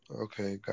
Okay